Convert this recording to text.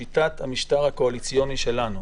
שיטת המשטר הקואליציוני שלנו.